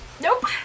Nope